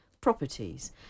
properties